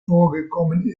vorgekommen